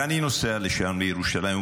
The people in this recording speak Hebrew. ואני נוסע לשם, לירושלים.